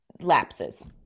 lapses